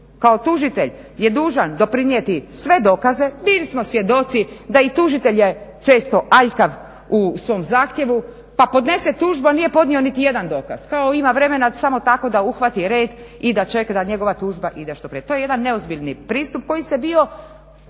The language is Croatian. kao tužitelj je dužan doprinijeti sve dokaze, bili smo svjedoci da i tužitelj je često aljkav u svom zahtjevu pa podnese tužbu a nije podnio niti jedan dokaz. Kao ima vremena samo tako da uhvati red i da čeka da njegova tužba ide što prije. To je jedan neozbiljni pristup koji se bio